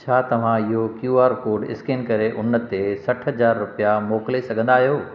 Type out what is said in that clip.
छा तव्हां इहो क्यू आर कोड स्केन करे उन ते सठ हज़ार रुपिया मोकिले सघंदा आहियो